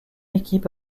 équipe